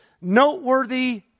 noteworthy